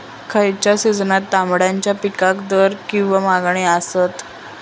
खयच्या सिजनात तमात्याच्या पीकाक दर किंवा मागणी आसता?